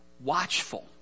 watchful